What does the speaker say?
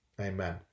Amen